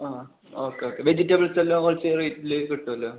ആ okay okay വെജിറ്റബിൾസെല്ലം കുറച്ച് റേറ്റിൽ കിട്ടുവല്ലോ